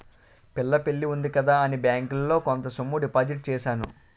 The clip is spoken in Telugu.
పిల్ల పెళ్లి ఉంది కదా అని బ్యాంకులో కొంత సొమ్ము డిపాజిట్ చేశాను